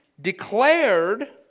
declared